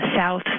south